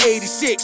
86